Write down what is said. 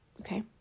okay